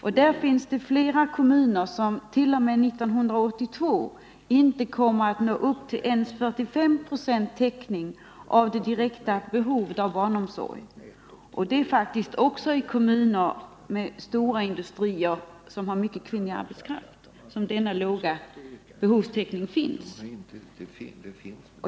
Denna visar att flera kommuner år 1982 inte kommer att ha nått upp till ens 45 procents täckning av det direkta behovet av barnomsorg. Detta gäller bl.a. kommuner med stora industrier, som sysselsätter mycket kvinnlig arbetskraft.